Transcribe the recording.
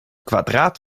kwadraat